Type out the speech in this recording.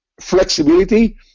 flexibility